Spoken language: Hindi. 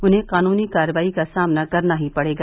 उन्हें कानूनी कार्रवाई का सामना करना ही पड़ेगा